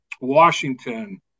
Washington